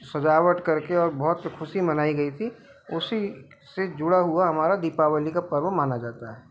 सजावट कर के और बहुत ख़ुशी मनाई गई थी उसी से जुड़ा हुआ हमारा दीपावली का पर्व माना जाता है